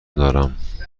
دارم